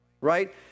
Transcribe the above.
right